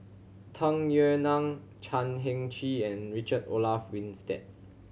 Tung Yue Nang Chan Heng Chee and Richard Olaf Winstedt